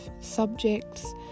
subjects